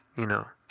you know,